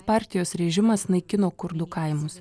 partijos režimas naikino kurdų kaimus